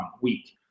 week